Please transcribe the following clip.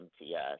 MTS